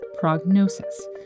Prognosis